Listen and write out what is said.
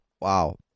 wow